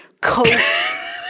coats